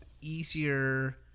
easier